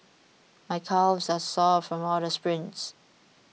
my calves are sore from all the sprints